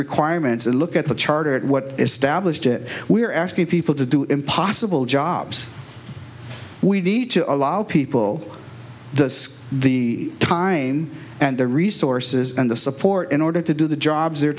requirements and look at the charter at what established it we're asking people to do impossible jobs we need to allow people to the time and the resources and the support in order to do the jobs